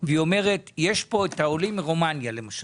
והיא אומרת שיש כאן את העולים מרומניה למשל.